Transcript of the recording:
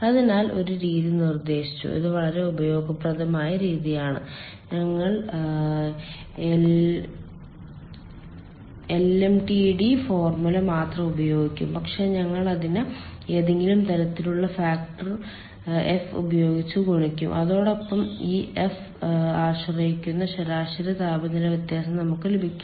അതിനാൽ ഒരു രീതി നിർദ്ദേശിച്ചു ഇത് വളരെ ഉപയോഗപ്രദമായ രീതിയാണ് ഞങ്ങൾ എൽഎംടിഡി ഫോർമുല മാത്രം ഉപയോഗിക്കും പക്ഷേ ഞങ്ങൾ അതിനെ ഏതെങ്കിലും തരത്തിലുള്ള ഫാക്ടർ എഫ് ഉപയോഗിച്ച് ഗുണിക്കും അതോടൊപ്പം ഈ എഫ് ആശ്രയിച്ചിരിക്കുന്ന ശരാശരി താപനില വ്യത്യാസം നമുക്ക് ലഭിക്കും